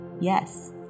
Yes